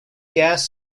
gas